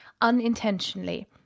unintentionally